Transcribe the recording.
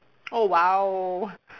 oh !wow!